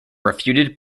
refuted